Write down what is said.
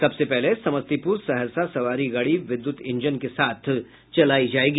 सबसे पहले समस्तीपुर सहरसा सवारी गाड़ी विद्युत इंजन के साथ चलायी जायेगी